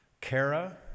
Kara